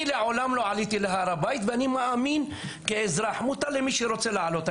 אני לעולם לא עליתי להר הבית ואני מאמין כאזרח שמותר למי שרוצה לעלות.